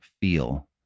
feel